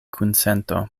kunsento